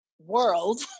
world